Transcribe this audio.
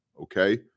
Okay